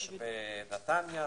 יש בנתניה,